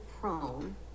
prone